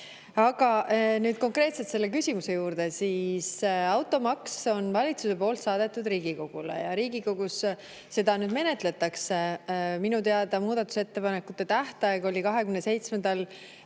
nüüd konkreetselt selle küsimuse juurde. Automaks[u eelnõu] on valitsuse poolt saadetud Riigikogule ja Riigikogus seda nüüd menetletakse. Minu teada oli muudatusettepanekute tähtaeg 27.